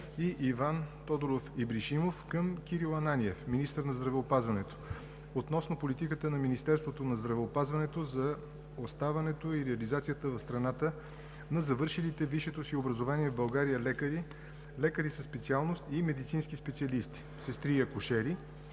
и Иван Тодоров Ибришимов към Кирил Ананиев – министър на здравеопазването, относно политиката на Министерството на здравеопазването за оставането и реализацията в страната на завършилите висшето си образование в България лекари, лекари със специалност и медицински специалисти – сестри и акушери.